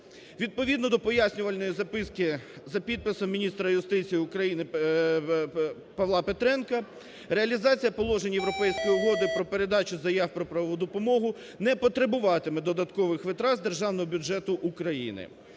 Відповідно до пояснювальної записки, за підписом міністра юстиції України Павла Петренка, реалізація положень Європейської угоди про передачу заяв про правову допомогу не потребуватиме додаткових витрат з державного бюджету України.